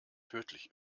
tödlich